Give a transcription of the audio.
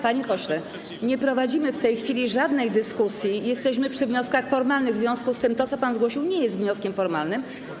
Panie pośle, nie prowadzimy w tej chwili żadnej dyskusji, jesteśmy przy wnioskach formalnych, w związku z tym to, co pan zgłosił, nie jest wnioskiem formalnym.